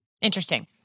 Interesting